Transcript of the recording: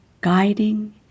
guiding